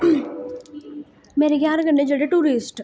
मेरे घ्यार कन्नै जेह्ड़े टूरिस्ट